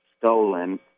stolen